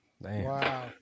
Wow